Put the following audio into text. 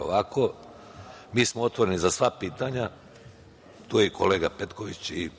ovako. Otvoreni smo za sva pitanja. Tu su kolega Petković i